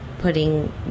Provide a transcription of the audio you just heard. putting